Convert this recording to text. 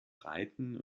reiten